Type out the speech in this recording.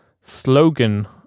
slogan